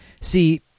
see